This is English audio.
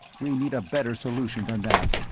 we need a better solution than that.